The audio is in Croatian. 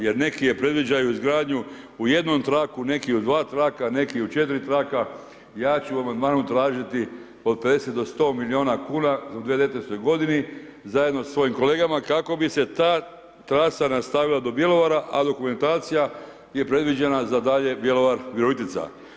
Jer neki predviđaju izgradnju u jednu traku, neki u 2 traka, neki u 4 traka, ja ću u amandmanu, tražiti od 50-100 milijuna kn u … zajedno s svojim kolegama kako bi se ta trasa nastavila do Bjelovara, a dokumentacija je predviđena za dalje Bjelovar Virovitica.